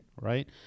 right